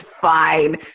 fine